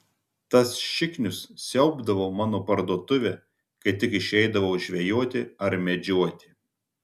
tas šiknius siaubdavo mano parduotuvę kai tik išeidavau žvejoti ar medžioti